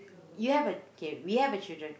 you have a kay we have a children